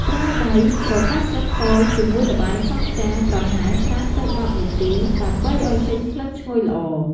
ប្រើដៃច្របាច់ស្លឹកតើយជាមួយល្បាយសង់ខ្យាប្រហែល ៥ ទៅ ១០ នាទី ដើម្បីឲ្យចេញក្លិនឈ្ងុយល្អ។